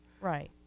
Right